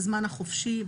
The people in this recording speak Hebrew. בזמן החופשי,